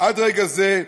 עד רגע זה,